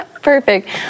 Perfect